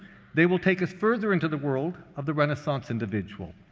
they will take us further into the world of the renaissance individual.